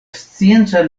scienca